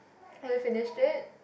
have you finished it